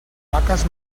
vaques